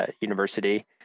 university